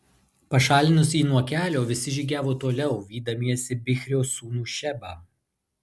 pašalinus jį nuo kelio visi žygiavo toliau vydamiesi bichrio sūnų šebą